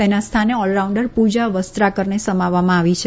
તેના સ્થાને ઓલરાઉન્ડર પૂજા વસ્ત્રાકરને સમાવવામાં આવી છે